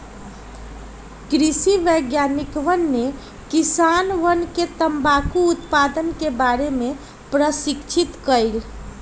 कृषि वैज्ञानिकवन ने किसानवन के तंबाकू उत्पादन के बारे में प्रशिक्षित कइल